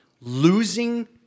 Losing